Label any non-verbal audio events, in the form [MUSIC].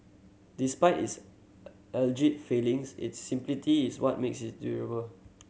despite its [UNINTELLIGIBLE] alleged failings its simplicity is what makes it durable